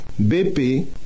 BP